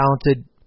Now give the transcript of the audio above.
talented